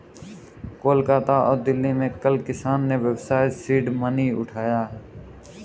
कोलकाता और दिल्ली में कल किसान ने व्यवसाय सीड मनी उठाया है